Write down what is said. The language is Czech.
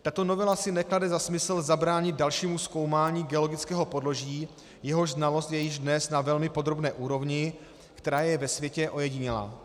Tato novela si neklade za smysl zabránit dalšímu zkoumání geologického podloží, jehož znalost je již dnes na velmi podrobné úrovni, která je ve světě ojedinělá.